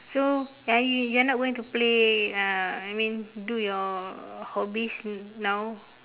so are you you're not going to play uh I mean do your hobbies now